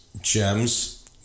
gems